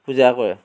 পূজা কৰে